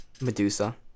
Medusa